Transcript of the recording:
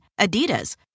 Adidas